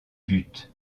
but